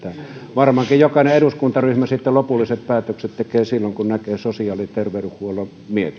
varmaankin jokainen eduskuntaryhmä tekee lopulliset päätökset sitten kun näkee sosiaali ja terveysvaliokunnan mietinnön